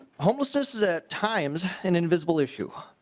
homelessness is at times an individual issue.